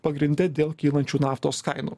pagrinde dėl kylančių naftos kainų